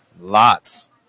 lots